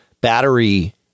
battery